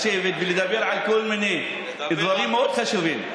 לשבת ולדבר על כל מיני דברים מאוד חשובים.